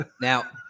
now